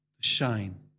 shine